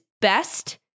best